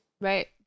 Right